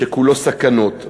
שכולו סכנות,